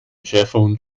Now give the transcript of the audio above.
schäferhund